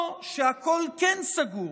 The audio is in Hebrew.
או שהכול כן סגור